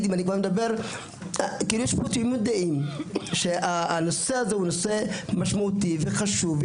יש תמימות דעים שהנושא הזה הוא משמעותי וחשוב.